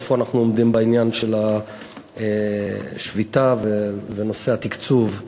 ואיפה אנחנו עומדים בעניין של השביתה ונושא התקצוב.